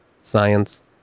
science